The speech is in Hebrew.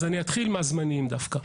אז אני אתחיל מהזמניים דווקא.